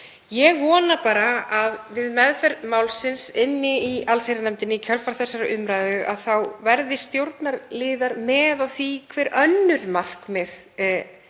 Ég vona bara að við meðferð málsins í allsherjarnefnd í kjölfar þessarar umræðu verði stjórnarliðar með á því hver önnur markmið